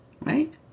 right